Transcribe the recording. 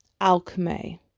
alchemy